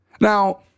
Now